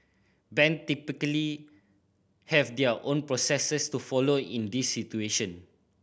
bank typically have their own processes to follow in these situation